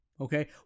Okay